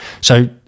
So-